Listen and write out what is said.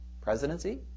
presidency